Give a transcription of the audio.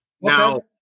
Now